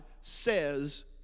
says